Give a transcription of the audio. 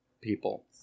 people